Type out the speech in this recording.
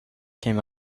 came